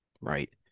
right